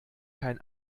kein